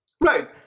Right